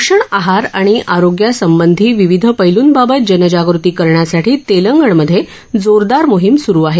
पोषण आहार आणि आरोग्यासंबंधी विविध पैलूंबाबत जनजागृती करण्यासाठी तेलंगणमध्ये जोरदार मोहीम स्रू आहे